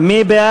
קבוצת סיעת ש"ס,